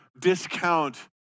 discount